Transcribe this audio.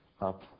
up